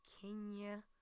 kenya